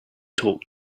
talk